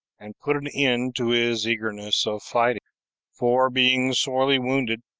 and put an end to his eagerness of fighting for being sorely wounded,